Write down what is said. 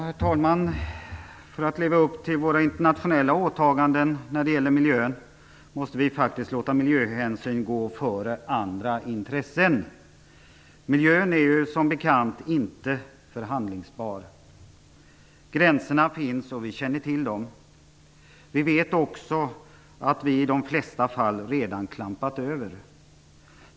Herr talman! För att leva upp till våra internationella åtaganden när det gäller miljön måste vi faktiskt låta miljöhänsyn gå före andra intressen. Miljön är ju som bekant inte förhandlingsbar. Gränserna finns, och vi känner till dem. Vi vet också att vi i de flesta fall redan klampat över dem.